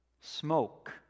smoke